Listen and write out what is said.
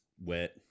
wet